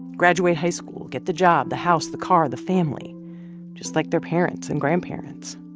graduate high school. get the job, the house, the car, the family just like their parents and grandparents